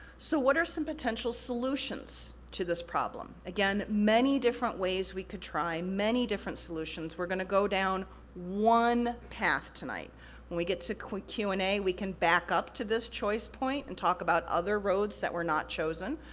so, what are some potential solutions to this problem? again, many different ways we could try, many different solutions. we're gonna go down one path tonight. when we get to q and a we can back up to this choice point and talk about other roads that were not chosen,